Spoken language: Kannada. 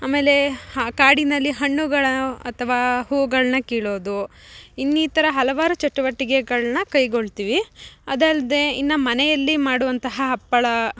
ಅಮೇಲೆ ಆ ಕಾಡಿನಲ್ಲಿ ಹಣ್ಣುಗಳು ಅಥ್ವ ಹೂಗಳನ್ನ ಕೀಳೋದು ಇನ್ನಿತರ ಹಲವಾರು ಚಟುವಟಿಕೆಗಳನ್ನ ಕೈಗೊಳ್ತೀವಿ ಅದಲ್ಲದೆ ಇನ್ನು ಮನೆಯಲ್ಲಿ ಮಾಡುವಂತಹ ಹಪ್ಪಳ